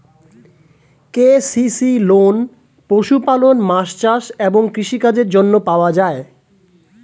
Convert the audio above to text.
KCC loan পশুপালন, মাছ চাষ এবং কৃষি কাজের জন্য পাওয়া যায়